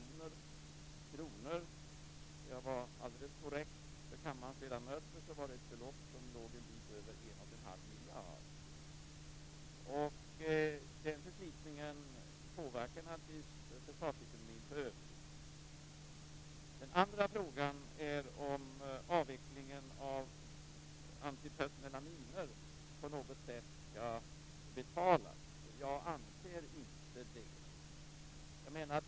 Förslitningen påverkar naturligtvis försvarsekonomin i övrigt. Den andra frågan är om avvecklingen av antipersonella minor på något sätt skall betalas. Jag anser inte det.